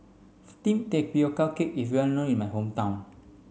steamed tapioca cake is well known in my hometown